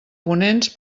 ponents